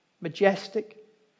Majestic